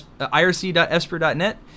irc.esper.net